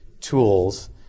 tools